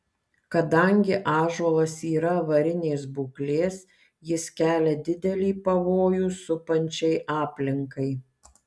kadangi ąžuolas yra avarinės būklės jis kelia didelį pavojų supančiai aplinkai